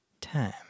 Time